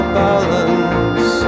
balance